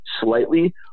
slightly